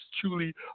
truly